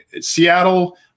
Seattle